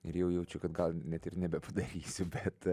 ir jau jaučiu kad gal net ir nebepadarysiu bet